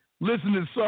listening